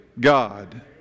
God